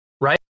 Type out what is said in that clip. right